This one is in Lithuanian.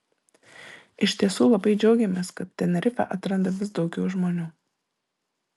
iš tiesų labai džiaugiamės kad tenerifę atranda vis daugiau žmonių